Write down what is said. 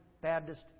Baptist